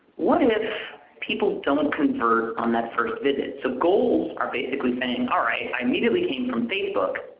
what if people don't convert on that first visit. so goals are basically saying all right, i immediately came from facebook